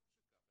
טוב שכך,